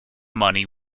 money